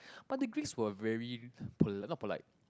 but the Greece were very pol~ not polite